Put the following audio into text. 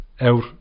out